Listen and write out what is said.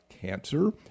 cancer